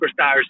superstars